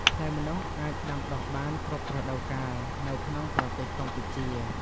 ផ្លែម្នាស់អាចដាំដុះបាន គ្រប់រដូវកាល នៅក្នុងប្រទេសកម្ពុជា។